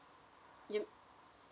you